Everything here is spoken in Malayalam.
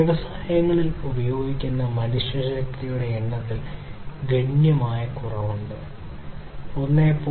വ്യവസായങ്ങളിൽ ഉപയോഗിക്കുന്ന മനുഷ്യശക്തിയുടെ എണ്ണത്തിൽ ഗണ്യമായ കുറവുണ്ട് 1